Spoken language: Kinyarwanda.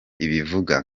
ibivuga